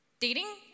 Dating